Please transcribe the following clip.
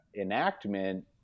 enactment